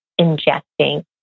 ingesting